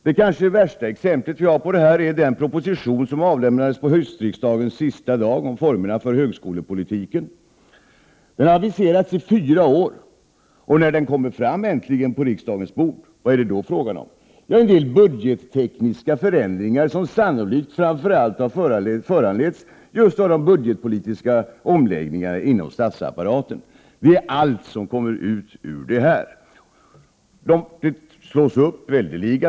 Det kanske värsta exemplet på detta är den proposition om formerna för högskolepolitiken som avgavs på höstriksdagens sista dag. Den har aviserats i fyra år, och när den äntligen kommer på riksdagens bord frågar man sig vad den innehåller. Jo, en del budgettekniska förändringar som sannolikt har föranletts framför allt av budgetpolitiska omläggningar inom statsapparaten. Det är allt som man får ut. Locket slås upp väldeliga.